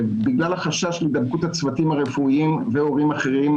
בגלל החשש להידבקות הצוותים הרפואיים והורים אחרים,